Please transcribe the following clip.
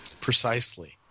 Precisely